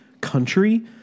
country